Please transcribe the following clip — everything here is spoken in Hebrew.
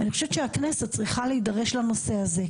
אני חושבת שהכנסת צריכה להידרש לנושא הזה.